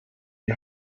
die